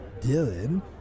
dylan